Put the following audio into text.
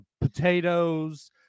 Potatoes